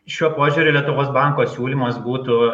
šiuo požiūriu lietuvos banko siūlymas būtų